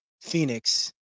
phoenix